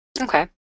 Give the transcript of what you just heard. Okay